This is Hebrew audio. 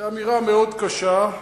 זו אמירה מאוד קשה,